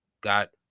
got